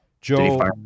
Joe